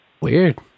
Weird